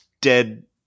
dead